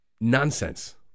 Nonsense